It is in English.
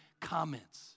comments